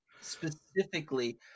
specifically